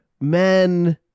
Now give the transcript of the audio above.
men